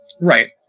Right